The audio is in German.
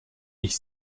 ich